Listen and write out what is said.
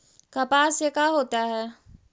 कपास से का होता है?